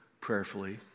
prayerfully